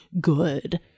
good